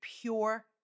pure